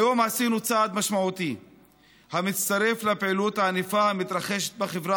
היום עשינו צעד משמעותי המצטרף לפעילות הענפה המתרחשת בחברה